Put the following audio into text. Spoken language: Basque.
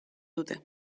dute